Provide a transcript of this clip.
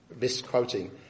misquoting